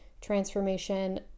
transformation